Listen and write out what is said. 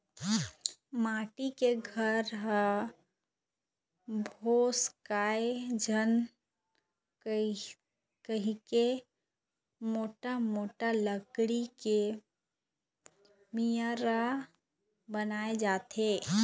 माटी के घर ह भोसकय झन कहिके मोठ मोठ लकड़ी के मियार बनाए जाथे